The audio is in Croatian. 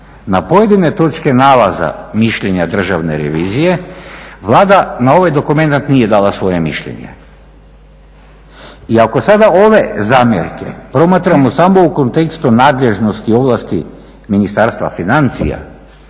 na pojedine točke nalaza mišljenja Državne revizije Vlada na ovaj dokumenat nije dala svoje mišljenje. I ako sada ove zamjerke promatramo samo u kontekstu nadležnosti, ovlasti Ministarstva financija